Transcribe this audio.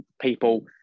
people